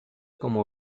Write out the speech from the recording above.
como